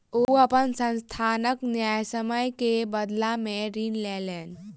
ओ अपन संस्थानक न्यायसम्य के बदला में ऋण लेलैन